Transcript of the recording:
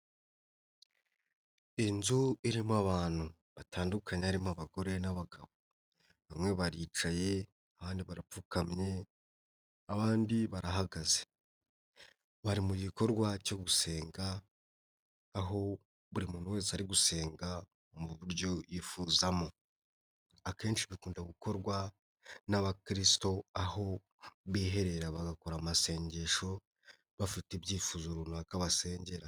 Inzu irimo abantu batandukanye harimo abagore n'abagabo, bamwe baricaye, abandi barapfukamye, abandi barahagaze bari mu gikorwa cyo gusenga aho buri muntu wese ari gusenga mu buryo yifuzamo, akenshi bikunda gukorwa n'abakirisito aho biherera bagakora amasengesho bafite ibyifuzo runaka basengera.